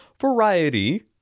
variety